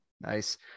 nice